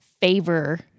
favor